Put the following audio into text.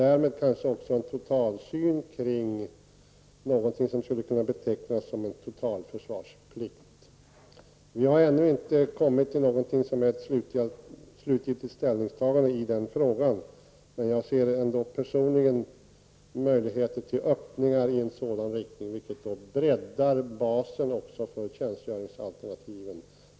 Därmed kanske man också skulle kunna se på något som betecknas som totalförsvarsplikt. Vi har ännu inte kommit fram till ett slutgiltigt ställningstagande i den frågan. Men jag ser personligen möjligheter till öppningar i en sådan riktning, vilket också breddar basen för tjänstgöringsalternativen.